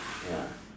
ya